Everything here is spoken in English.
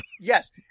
Yes